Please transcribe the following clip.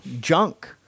junk